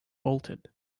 bolted